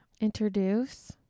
introduce